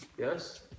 yes